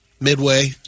midway